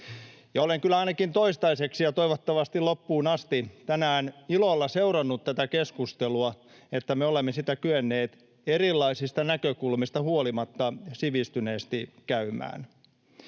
kyllä ainakin toistaiseksi, ja toivottavasti loppuun asti, tänään ilolla seurannut tätä keskustelua, että me olemme sitä kyenneet erilaisista näkökulmista huolimatta sivistyneesti käymään.